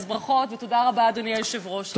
אז ברכות, ותודה רבה, אדוני היושב-ראש.